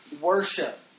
worship